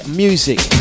music